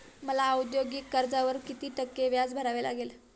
मला औद्योगिक कर्जावर किती टक्के व्याज भरावे लागेल?